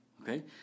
Okay